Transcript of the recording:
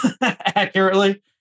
accurately